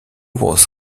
was